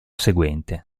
seguente